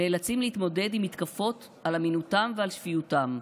נאלצים להתמודד עם מתקפות על אמינותם ועל שפיותם,